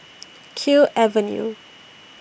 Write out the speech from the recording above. Kew Avenue